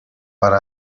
para